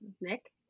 Nick